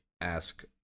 Ask